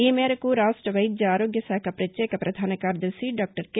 ఈ మేరకు రాష్ట వైద్య ఆరోగ్య శాఖ ప్రత్యేక ప్రధాన కార్యదర్భి డాక్టర్ కె